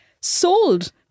sold